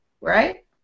right